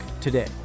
today